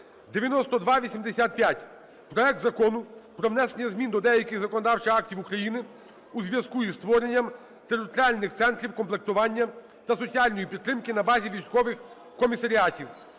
9285: проект Закону про внесення змін до деяких законодавчих актів України у зв'язку зі створенням територіальних центрів комплектування та соціальної підтримки на базі військових комісаріатів,